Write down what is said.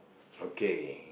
okay